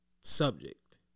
subject